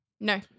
No